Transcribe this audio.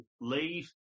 leave